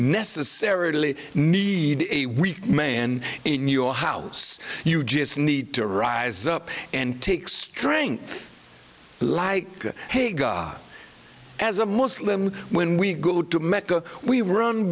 necessarily need a weak man in your house you just need to rise up and take strength like hey god as a muslim when we go to